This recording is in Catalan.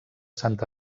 sant